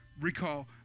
recall